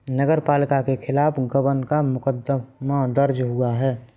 नगर पालिका के खिलाफ गबन का मुकदमा दर्ज हुआ है